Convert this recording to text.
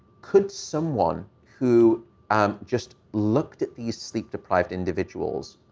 could someone who um just looked at these sleep-deprived individuals,